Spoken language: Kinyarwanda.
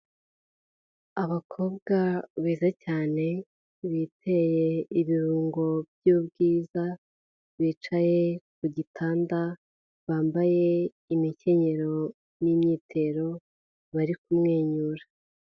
Abakobwa beza cyane biteye ibirungo by'ubwiza bicaye ku gitanda, bambaye imikenyero n'imyitero bari kumwenyura.